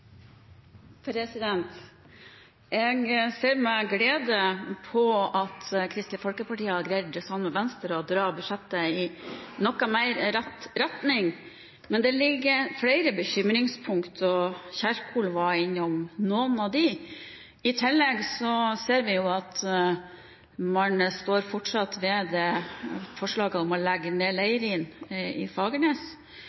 Jeg ser med glede at Kristelig Folkeparti, sammen med Venstre, har greid å dra budsjettet i en noe mer riktig retning, men det finnes flere bekymringspunkter, og representanten Kjerkol var innom noen av dem. I tillegg ser vi at man fortsatt står ved forslaget om å legge ned